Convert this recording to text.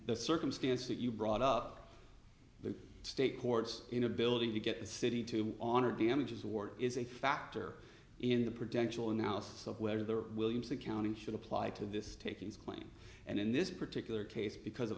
the circumstance that you brought up the state courts inability to get the city to honor damages award is a factor in the potential analysis of where the williams accounting should apply to this takings claim and in this particular case because of